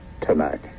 Tonight